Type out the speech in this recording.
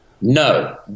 No